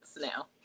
now